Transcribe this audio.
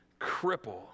cripple